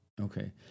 Okay